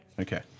Okay